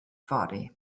fory